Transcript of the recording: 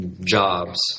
jobs